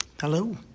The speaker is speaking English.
Hello